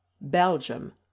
Belgium